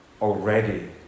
already